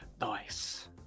Nice